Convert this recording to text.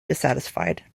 dissatisfied